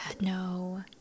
no